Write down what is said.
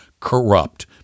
Corrupt